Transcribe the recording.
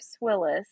Willis